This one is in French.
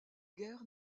guerre